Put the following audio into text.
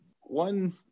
One